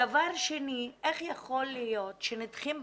דבר שני, איך יכול להיות שנדחות בקשות?